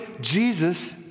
Jesus